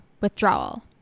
withdrawal